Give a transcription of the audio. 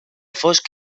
fosc